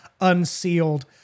unsealed